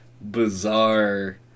bizarre